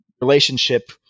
relationship